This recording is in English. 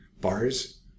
bars